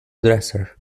dresser